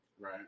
right